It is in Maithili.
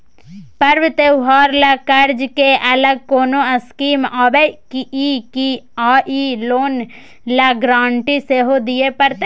पर्व त्योहार ल कर्ज के अलग कोनो स्कीम आबै इ की आ इ लोन ल गारंटी सेहो दिए परतै?